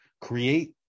Create